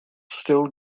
still